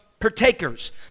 partakers